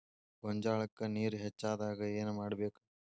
ಗೊಂಜಾಳಕ್ಕ ನೇರ ಹೆಚ್ಚಾದಾಗ ಏನ್ ಮಾಡಬೇಕ್?